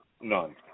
None